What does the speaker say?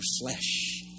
flesh